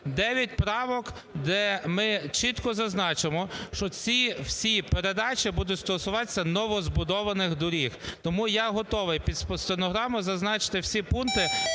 9 правок, де ми чітко зазначимо, що ці всі передачі будуть стосуватися новозбудованих доріг. Тому я готовий під стенограму зазначити всі пункти,